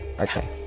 Okay